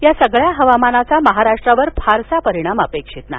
या सगळ्या हवामानाचा महाराष्ट्रावर फारसा परिणाम अपेक्षित नाही